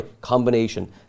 combination